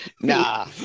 Nah